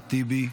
אחמד טיבי,